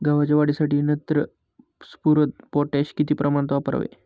गव्हाच्या वाढीसाठी नत्र, स्फुरद, पोटॅश किती प्रमाणात वापरावे?